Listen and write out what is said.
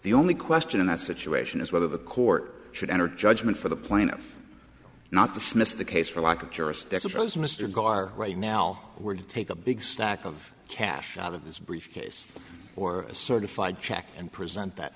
the only question in that situation is whether the court should enter judgment for the plaintiff not dismissed the case for lack of jurisdiction shows mr gar right now were to take a big stack of cash out of his briefcase or a certified check and present that